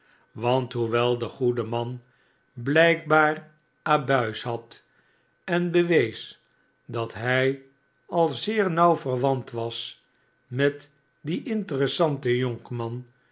want hoewel de goede man blijkbaar abuis had en bewees dat hij al zeer nauw verwant was met dien interessanten jonkman